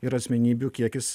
ir asmenybių kiekis